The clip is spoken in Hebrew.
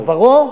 עברו,